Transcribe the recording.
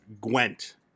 Gwent